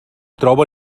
troba